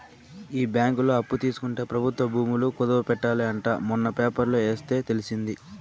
ఈ బ్యాంకులో అప్పు తీసుకుంటే ప్రభుత్వ భూములు కుదవ పెట్టాలి అంట మొన్న పేపర్లో ఎస్తే తెలిసింది